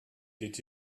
did